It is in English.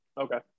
Okay